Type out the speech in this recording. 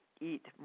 eat